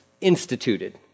instituted